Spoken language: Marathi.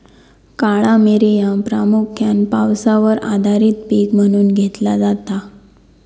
काळा मिरी ह्या प्रामुख्यान पावसावर आधारित पीक म्हणून घेतला जाता